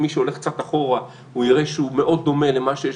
מי שהולך קצת אחורה יראה שהוא מאוד דומה למה שיש